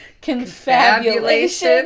Confabulation